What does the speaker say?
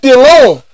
alone